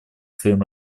своим